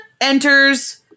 enters